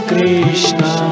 Krishna